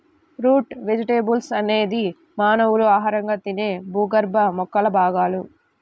route vegetables అనేది మానవులు ఆహారంగా తినే భూగర్భ మొక్కల భాగాలు